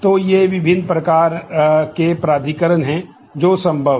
तो ये विभिन्न प्रकार के प्राधिकरण हैं जो संभव हैं